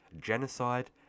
genocide